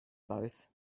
both